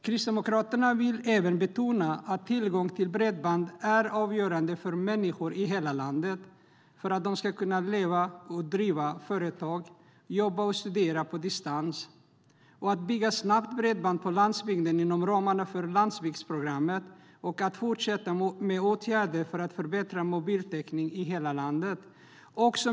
Kristdemokraterna vill betona att tillgång till bredband är avgörande för att människor i hela landet ska kunna driva företag, jobba och studera på distans. Det är viktigt att bygga snabbt bredband på landsbygden inom ramarna för landsbygdsprogrammet och att fortsätta med åtgärder för att förbättra mobiltäckningen i hela landet.